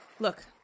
Look